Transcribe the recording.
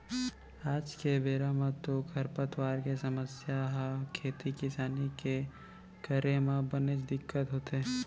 आज के बेरा म तो खरपतवार के समस्या ह खेती किसानी के करे म बनेच दिक्कत होथे